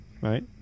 right